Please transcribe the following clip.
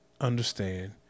understand